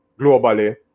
globally